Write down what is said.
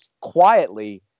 quietly